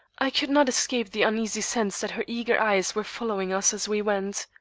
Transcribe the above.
i could not escape the uneasy sense that her eager eyes were following us as we went.